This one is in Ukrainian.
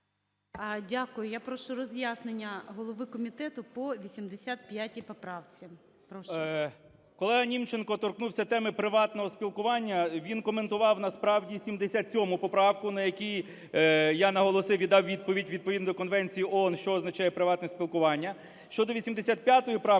Дякую. Я прошу роз'яснення голови комітету по 85 поправці, прошу. 17:21:49 КНЯЖИЦЬКИЙ М.Л. Колега Німченко торкнувся теми приватного спілкування. Він коментував насправді 77 поправку, на якій я наголосив і дав відповідь, відповідно до конвенції ООН, що означає приватне спілкування. Щодо 85 правки